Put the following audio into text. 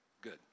Good